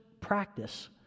practice